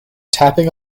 tapping